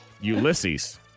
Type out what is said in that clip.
Ulysses